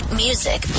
music